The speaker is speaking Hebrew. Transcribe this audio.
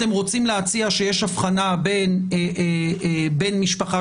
אתם רוצים להציע שיש הבחנה בין בן משפחה